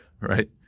right